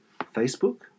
Facebook